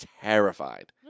terrified